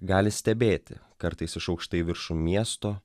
gali stebėti kartais iš aukštai viršum miesto